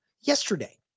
Yesterday